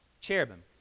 Cherubim